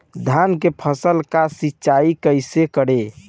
धान के फसल का सिंचाई कैसे करे?